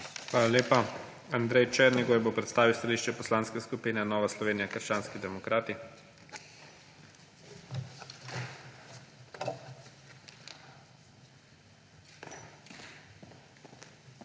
Hvala lepa. Andrej Černigoj bo predstavil stališče Poslanske skupine Nova Slovenija – krščanski demokrati. **ANDREJ